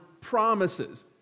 promises